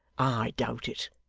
i doubt it.